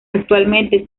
actualmente